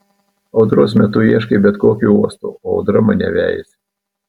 audros metu ieškai bet kokio uosto o audra mane vejasi